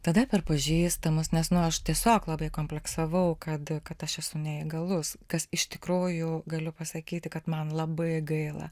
tada per pažįstamus nes nu aš tiesiog labai kompleksavau kad kad aš esu neįgalus kas iš tikrųjų galiu pasakyti kad man labai gaila